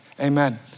Amen